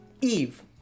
Eve